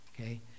okay